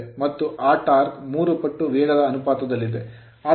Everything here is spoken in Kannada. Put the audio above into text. ಮತ್ತು ಆ torque ಟಾರ್ಕ್ ಮೂರು ಪಟ್ಟು ವೇಗದ ಅನುಪಾತದಲ್ಲಿದೆ